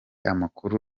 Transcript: amakuru